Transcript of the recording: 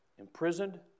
Imprisoned